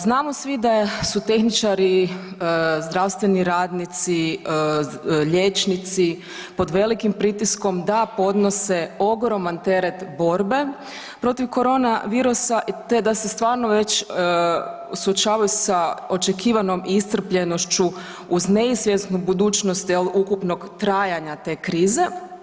Znamo svi da su tehničari, zdravstveni radnici, liječnici, pod velikim pritiskom da podnose ogroman teret borbe protiv korona virusa te da se stvarno već suočavaju sa očekivanom iscrpljenošću uz neizvjesnu budućnost jel ukupnog trajanja te krize.